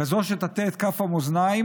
כזאת שתטה את כף המאזניים,